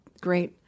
great